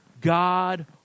God